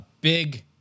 Big